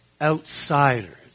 Outsiders